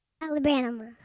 Alabama